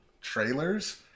trailers